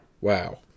Wow